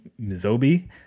Mizobi